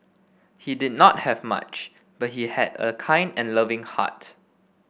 he did not have much but he had a kind and loving heart